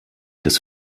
des